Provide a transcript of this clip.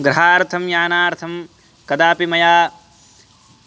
गृहार्थं यानार्थं कदापि मया